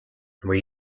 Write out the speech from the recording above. või